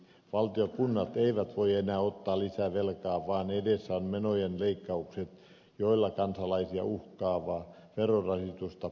valtio ja kunnat eivät voi enää ottaa lisää velkaa vaan edessä ovat menojen leikkaukset joilla kansalaisia uhkaavaa verorasitusta puretaan